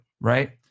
Right